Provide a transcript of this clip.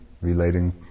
relating